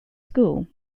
school